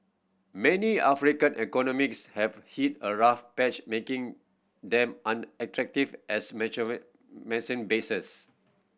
many African economics have hit a rough patch making them unattractive as bases